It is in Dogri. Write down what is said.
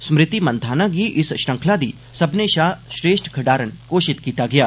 स्मृति मन्धाना गी इस श्रृंखला दी सब्भनें षा श्रेश्ठ खड्ढान घोशित कीता गेआ